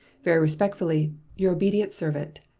very respectfully, your obedient servant,